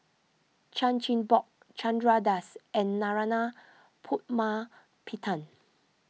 Chan Chin Bock Chandra Das and Narana Putumaippittan